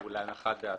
שהוא להנחת דעתו,